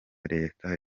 leta